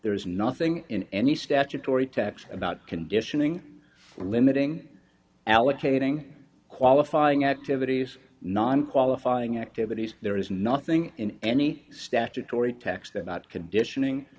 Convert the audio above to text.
there is nothing in any statutory text about conditioning for limiting allocating qualifying activities non qualifying activities there is nothing in any statutory text about conditioning